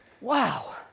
wow